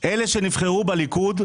אלה שנבחרו בליכוד,